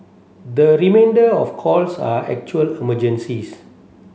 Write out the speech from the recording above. the remainder of calls are actual emergencies